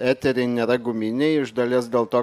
eteriai nėra guminiai iš dalies dėl to